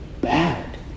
bad